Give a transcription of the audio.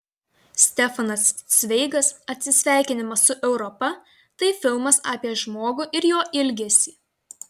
stefanas cveigas atsisveikinimas su europa tai filmas apie žmogų ir jo ilgesį